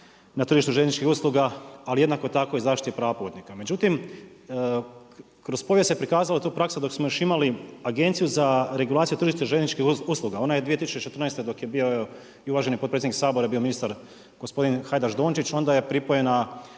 na tržištu željezničkih usluga ali jednako tako i zaštiti prava putnika. Međutim, kroz povijest se prikazala tu praksa dok smo još imali Agenciju za regulaciju tržišta željezničkih usluga. Ona je 2014. dok je bio i uvaženi potpredsjednik Sabora je bio ministar, gospodin Hajdaš-Dončić, onda je pripojena